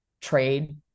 trade